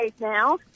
now